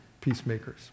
peacemakers